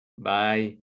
bye